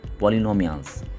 polynomials